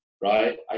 right